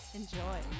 enjoy